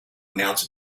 announce